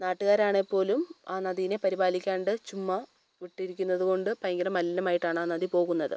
നാട്ടുകാരാണേ പോലും ആ നദീനെ പരിപാലിക്കാണ്ട് ചുമ്മാ വിട്ടിരിക്കുന്നതുകൊ ണ്ട് ഭയങ്കരം മലിനമായിട്ടാണാ നദി പോകുന്നത്